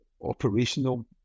operational